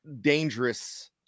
dangerous